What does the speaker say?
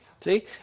See